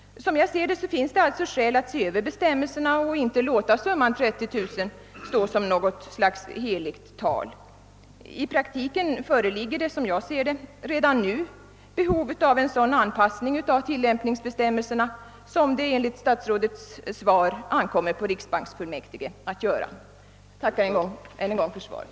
Som jag ser det finns det alltså skäl för att se över bestämmelserna och inte låta beloppet 30 000 kronor stå som något slags heligt tal. I praktiken föreligger det redan nu behov av en sådan anpassning av tillämpningsbestämmelserna som det enligt statsrådets svar ankommer på riksbanksfullmäktige att göra. Jag tackar än en gång för svaret.